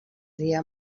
dia